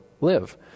live